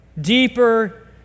deeper